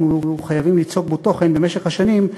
אנחנו חייבים ליצוק בו תוכן במשך השנים,